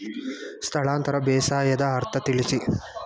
ಸ್ಥಳಾಂತರ ಬೇಸಾಯದ ಅರ್ಥ ತಿಳಿಸಿ?